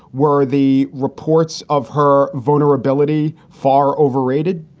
were the reports of her vulnerability far overrated?